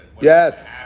Yes